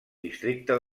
districte